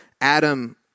Adam